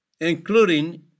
including